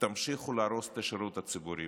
שתמשיכו להרוס את השירות הציבורי,